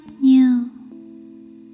new